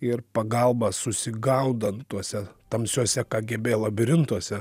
ir pagalbą susigaudant tuose tamsiuose kgb labirintuose